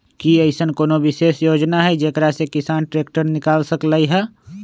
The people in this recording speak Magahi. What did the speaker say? कि अईसन कोनो विशेष योजना हई जेकरा से किसान ट्रैक्टर निकाल सकलई ह?